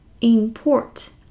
Import